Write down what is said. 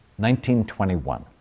1921